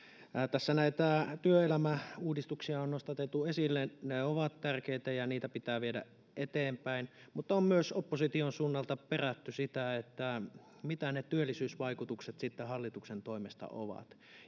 tässä näitä työelämäuudistuksia on nostatettu esille ne ovat tärkeitä ja niitä pitää viedä eteenpäin mutta on myös opposition suunnalta perätty sitä mitä ne työllisyysvaikutukset sitten hallituksen toimesta ovat